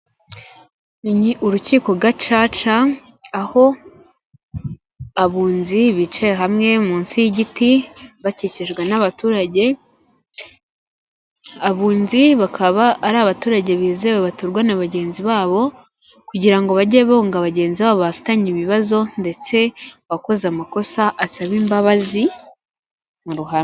Ni urukiko gacaca aho abunzi bicaye hamwe munsi y'igiti bakikijwe n'abaturage, abunzi bakaba ari abaturage bizewe batorwa na bagenzi babo kugira ngo bajye bunga bagenzi babo bafitanye ibibazo ndetse uwakoze amakosa asabe imbabazi mu ruhame.